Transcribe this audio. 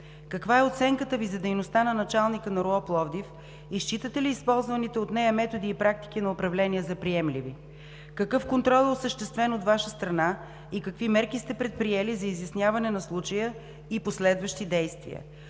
каква е оценката Ви за дейността на началника на РУО – Пловдив, и считате ли използваните от нея методи и практики на управление за приемливи; какъв контрол е осъществен от Ваша страна и какви мерки сте предприели за изясняване на случая и последващи действия;